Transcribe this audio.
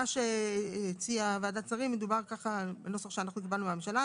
מה שהציעה ועדת שרים מדובר בנוסח שקיבלנו מהממשלה,